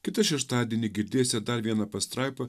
kitą šeštadienį girdėsit dar vieną pastraipą